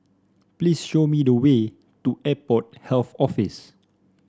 please show me the way to Airport Health Office